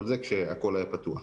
זה כשהכול היה פתוח.